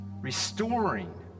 restoring